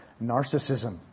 narcissism